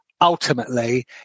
ultimately